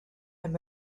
and